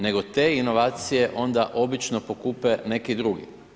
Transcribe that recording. Nego te inovacije onda obično pokupe neki drugi.